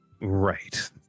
Right